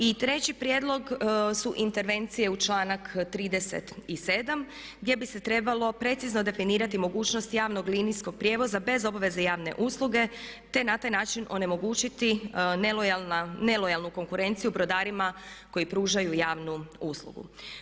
I treći prijedlog su intervencije u članak 37. gdje bi se trebalo precizno definirati mogućnost javnog linijskog prijevoza bez obaveze javne usluge, te na taj način onemogućiti nelojalnu konkurenciju brodarima koji pružaju javnu uslugu.